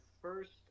first